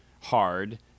hard